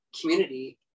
community